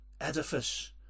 edifice